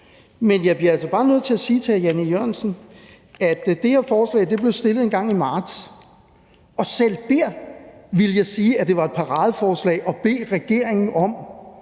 Men jeg bliver altså bare nødt til at sige til hr. Jan E. Jørgensen, at det her forslag blev fremsat engang i marts, og selv dér ville jeg sige, at det var et paradeforslag at bede regeringen om